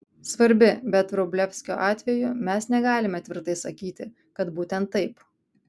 svarbi bet vrublevskio atveju mes negalime tvirtai sakyti kad būtent taip